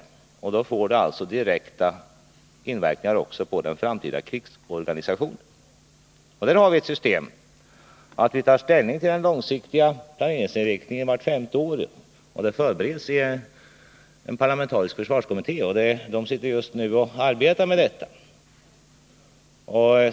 Det får alltså direkt inverkan också på den framtida krigsorganisationen. Vi har systemet att vi tar ställning till den långsiktiga planeringsinriktningen vart femte år, och nästa femåriga försvarsbeslut förbereds f.n. i en parlamentarisk försvarskommitté.